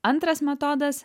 antras metodas